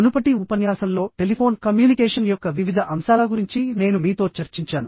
మునుపటి ఉపన్యాసంలోటెలిఫోన్ కమ్యూనికేషన్ యొక్క వివిధ అంశాల గురించి నేను మీతో చర్చించాను